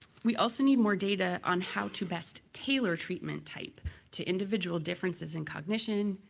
we also need more data on how to best tailor treatment type to individual differences in cognition,